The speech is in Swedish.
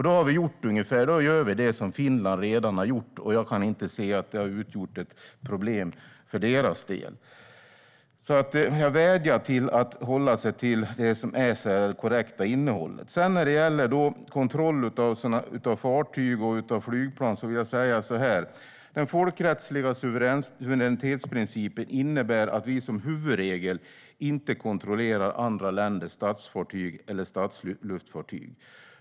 Då gör vi det som Finland redan har gjort. Jag kan inte se att det har utgjort ett problem för deras del. Jag vädjar till Stig Henriksson att hålla sig till det korrekta innehållet. När det gäller kontroll av fartyg och flygplan vill jag säga följande: Den folkrättsliga suveränitetsprincipen innebär att vi som huvudregel inte kontrollerar andra länders statsfartyg eller statsluftfartyg.